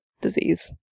disease